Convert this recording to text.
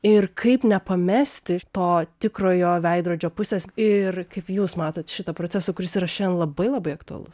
ir kaip nepamesti iš to tikrojo veidrodžio pusės ir kaip jūs matote šitą procesą kuris yra šiandien labai labai aktualus